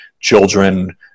children